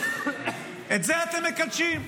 את זה אתם מקדשים?